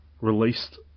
released